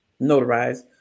notarized